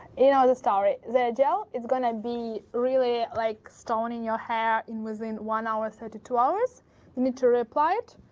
ah the story, the gel is going to be really like stoning your hair in within one hour so to two hours, you need to reapply it.